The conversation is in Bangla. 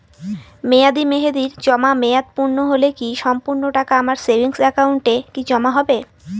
মেয়াদী মেহেদির জমা মেয়াদ পূর্ণ হলে কি সম্পূর্ণ টাকা আমার সেভিংস একাউন্টে কি জমা হবে?